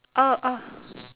oh oh